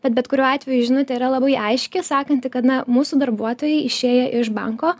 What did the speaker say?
bet bet kuriuo atveju žinutė yra labai aiški sakanti kad na mūsų darbuotojai išėję iš banko